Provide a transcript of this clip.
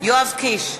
יואב קיש,